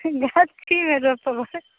हँ भट्ठीमे रोपबै